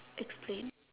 explain